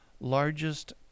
largest